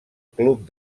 club